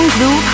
Blue